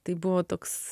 tai buvo toks